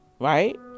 Right